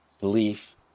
belief